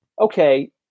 okay